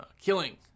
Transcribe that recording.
killing